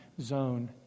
zone